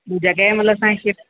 जॻहि मतलबु असांखे